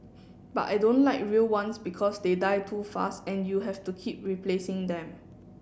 but I don't like real ones because they die too fast and you have to keep replacing them